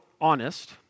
honest